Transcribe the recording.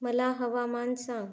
मला हवामान सांग